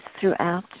throughout